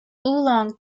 oolong